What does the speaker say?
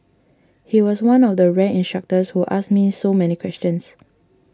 he was one of the rare instructors who asked me so many questions